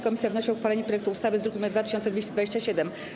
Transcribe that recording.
Komisja wnosi o uchwalenie projektu ustawy z druku nr 2227.